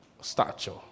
stature